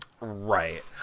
Right